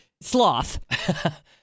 sloth